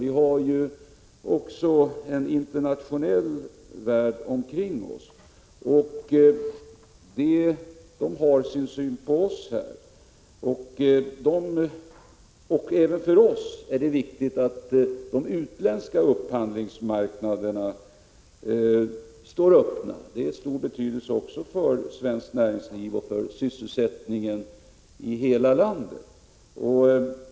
Vi har ju en internationell värld omkring oss, som har sin syn på oss. Det är viktigt även för oss att de utländska upphandlingsmarknaderna står öppna. Det är av stor betydelse också för svenskt näringsliv och för sysselsättningen i hela landet.